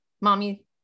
mommy